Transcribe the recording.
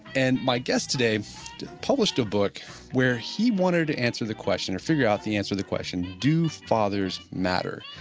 and my guest today published a book where he wanted to answer the question, or figure out the answer to the question, do fathers matter?